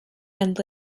and